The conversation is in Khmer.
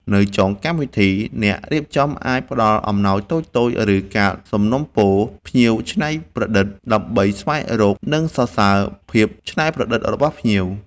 នៅចុងកម្មវិធី អ្នករៀបចំអាចផ្តល់អំណោយតូចៗ ឬកាតសំណូមពរ “ភ្ញៀវច្នៃប្រឌិត” ដើម្បីស្វែងរក និងសរសើរភាពច្នៃប្រឌិតរបស់ភ្ញៀវ។